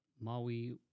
Maui